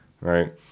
right